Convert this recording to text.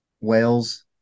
wales